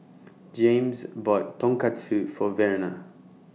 Jaymes bought Tonkatsu For Verna